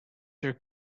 your